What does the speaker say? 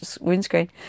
windscreen